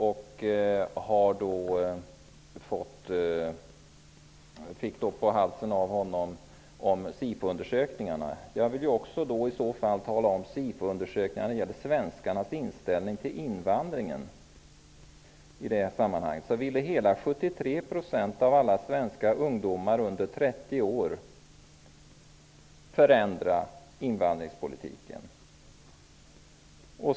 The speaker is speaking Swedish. Vi fick på halsen av honom när det gäller SIFO Då vill jag också tala om SIFO-undersökningarna när det gäller svenskarnas inställning till invandringen. Hela 73 % av alla svenska ungdomar under 30 år ville förändra invandrarpolitiken.